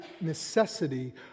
necessity